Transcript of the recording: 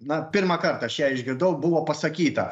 na pirmąkart aš ją išgirdau buvo pasakyta